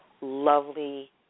lovely